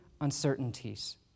uncertainties